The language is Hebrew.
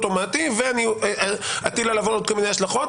אוטומטי ואטיל עליו עוד כל מיני השלכות,